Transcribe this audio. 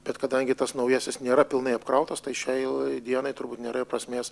bet kadangi tas naujasis nėra pilnai apkrautas tai šiai dienai turbūt nėra ir prasmės